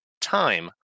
time